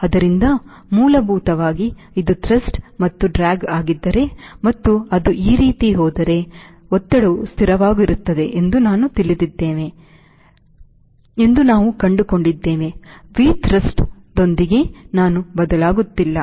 ಆದ್ದರಿಂದ ಮೂಲಭೂತವಾಗಿ ಇದು ಥ್ರಸ್ಟ್ ಮತ್ತು ಡ್ರ್ಯಾಗ್ ಆಗಿದ್ದರೆ ಮತ್ತು ಅದು ಈ ರೀತಿ ಹೋದರೆ ಮತ್ತು ಒತ್ತಡವು ಸ್ಥಿರವಾಗಿರುತ್ತದೆ ಎಂದು ನಾವು ತಿಳಿದಿದ್ದೇವೆ ಎಂದು ನಾವು ಕಂಡುಕೊಂಡಿದ್ದೇವೆ V Thrust ದೊಂದಿಗೆ ನಾನು ಬದಲಾಗುತ್ತಿಲ್ಲ